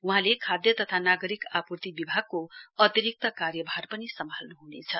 वहाँले खाद्य तथा नागरिक आपुर्ति विभागको अतिरिक्त कार्यभार पनि सम्हाल्नु ह्नेछ